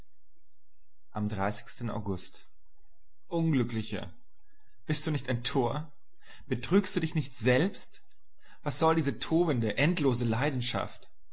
am august unglücklicher bist du nicht ein tor betriegst du dich nicht selbst was soll diese tobende endlose leidenschaft